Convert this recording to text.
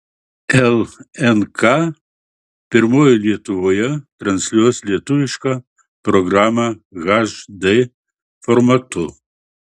lnk pirmoji lietuvoje transliuos lietuvišką programą hd formatu